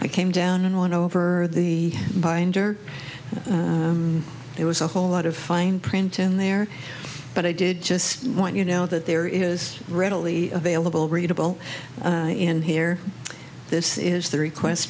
i came down and went over the binder there was a whole lot of fine print in there but i did just want you know that there is readily available readable in here this is the request